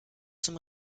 zum